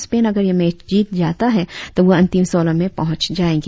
Spain अगर यह match जीत जाता है तो वह अंतिम सोलह में पहुंच जाएगा